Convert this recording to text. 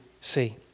see